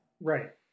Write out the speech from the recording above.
Right